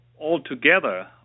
altogether